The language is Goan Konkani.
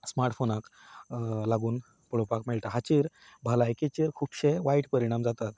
स्मार्ट फोनाक लागून पळोवपाक मेळटा हाजेर भलायकीचेर खुबशे वायट परिणाम जातात